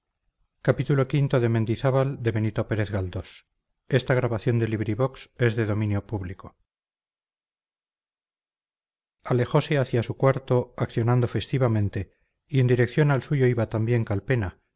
alejose hacia su cuarto accionando festivamente y en dirección al suyo iba también calpena